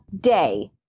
day